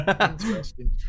interesting